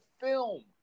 film